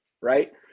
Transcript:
right